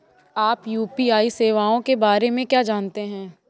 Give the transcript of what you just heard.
आप यू.पी.आई सेवाओं के बारे में क्या जानते हैं?